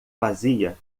vazia